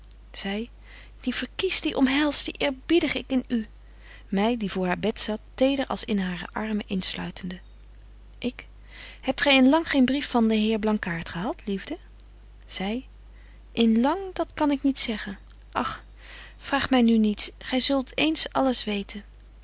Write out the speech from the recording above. zy die verkies die omhels die eerbiedig ik in u my die voor haar bed zat teder als in hare armen insluitende ik hebt gy in lang geen brief van den heer blankaart gehad liefde zy in lang dat kan ik niet zeggen ach vraag my nu niets gy zult eens alles weten